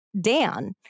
Dan